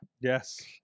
Yes